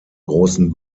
großen